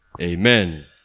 Amen